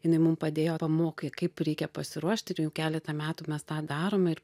jinai mum padėjo pamokė kaip reikia pasiruošti ir jau keletą metų mes tą darome ir